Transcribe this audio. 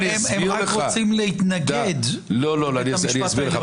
אני אסביר לך -- הם רוצים להתנגד לבית המשפט העליון.